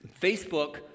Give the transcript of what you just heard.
Facebook